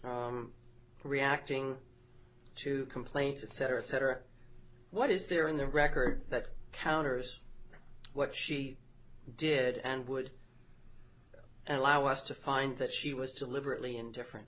reacting to complaints of cetera et cetera what is there in the record that counters what she did and would allow us to find that she was deliberately indifferent